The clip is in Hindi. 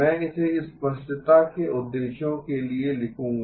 मैं इसे स्पष्टता के उद्देश्यों के लिए लिखूंगा